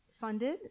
funded